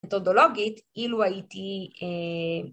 מתודולוגית, אילו הייתי